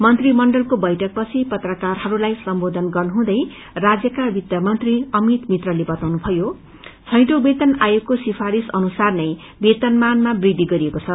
मंत्री मण्डलको बैठकपछि पत्रकारहरूलाई सम्बोधन गर्नुहुँदै राज्यका वित्त मंत्री अमित मित्राले बताउनु भयो छैटौं वेतन आयोगको सिफाारिश अनुसार नै वेतनमानमा वृद्धि गरिएको छ